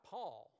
Paul